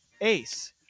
Ace